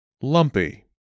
lumpy